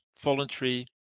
voluntary